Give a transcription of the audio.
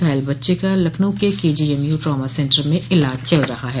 घायल बच्चे का लखनऊ के केजीएमयू ट्रामासेन्टर में इलाज चल रहा है